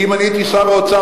כי אם אני הייתי שר האוצר,